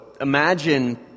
imagine